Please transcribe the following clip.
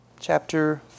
chapter